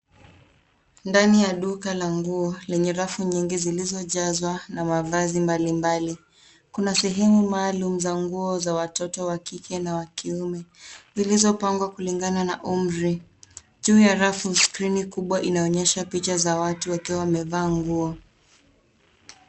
Ndani ya duka la nguo lenye rafu nyingi zilizojazwa na mavazi mbalimbali. Kuna. sehemu maalum za nguo za watoto wa kike na wa kiume zilizopangwa kulingana na umri. Juu ya rafu skrini kubwa inaonyesha picha za watu wakiwa wamevaa nguo.